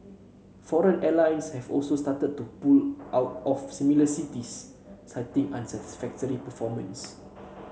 foreign airlines have also started to pull out of smaller cities citing unsatisfactory performance